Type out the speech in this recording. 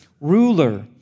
ruler